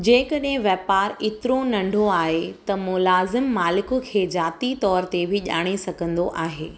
जेकॾहिं वापारु एतिरो नंढो आहे त मुलाज़िमु मालिक खे जाती तौर ते बि ॼाणे सघंदो आहे